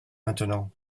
maintenant